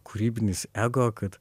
kūrybinis ego kad